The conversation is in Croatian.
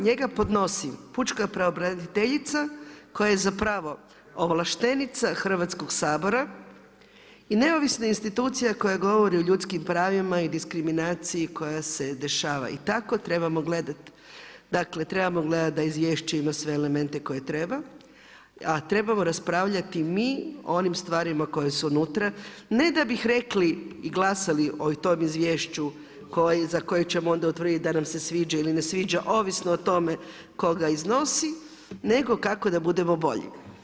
Njega podnosi pučka pravobraniteljica koja je zapravo ovlaštenica Hrvatskog sabora i neovisna institucija koja govori o ljudskim pravima i diskriminaciji koja se dešava i tako trebamo gledati, dakle trebamo gledati da izvješće ima sve elemente koje treba a trebamo raspravljati mi o onim stvarima koje su unutra ne da bi rekli i glasali o tom izvješću za koje ćemo onda utvrditi da nam se sviđa ili ne sviđa ovisno o tome tko ga iznosi nego kako da budemo bolji.